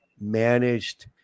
managed